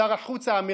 שר החוץ האמריקני,